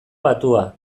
batua